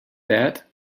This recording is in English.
that